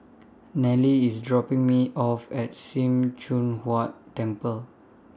Nelly IS dropping Me off At SIM Choon Huat Temple